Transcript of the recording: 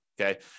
Okay